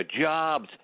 Jobs